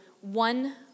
one